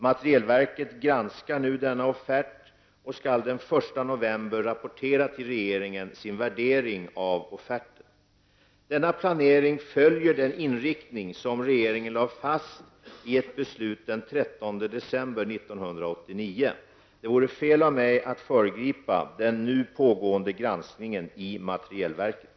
Materielverket granskar nu denna offert och skall den 1 november rapportera till regeringen sin värdering av offerten. Denna planering följer den inriktning som regeringen lade fast i ett beslut den 13 december 1989. Det vore fel av mig att föregripa den nu pågående granskningen i materielverket.